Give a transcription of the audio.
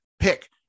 pick